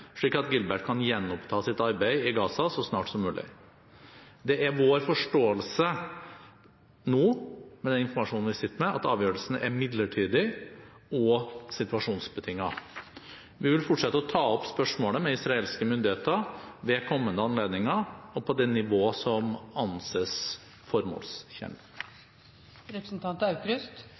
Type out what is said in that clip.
slik at Gilbert kan gjenoppta sitt arbeid i Gaza så snart som mulig. Det er vår forståelse nå, med den informasjonen vi sitter med, at avgjørelsen er midlertidig og situasjonsbetinget. Vi vil fortsette å ta opp spørsmålet med israelske myndigheter ved kommende anledninger og på det nivå som anses